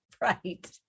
Right